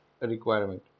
requirement